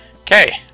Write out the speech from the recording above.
Okay